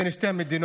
בין שתי המדינות,